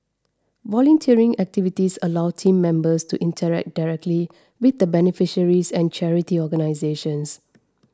volunteering activities allow team members to interact directly with the beneficiaries and charity organisations